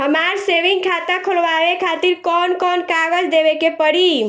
हमार सेविंग खाता खोलवावे खातिर कौन कौन कागज देवे के पड़ी?